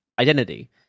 identity